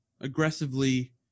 aggressively